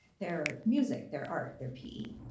their music, their art, their pe.